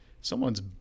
someone's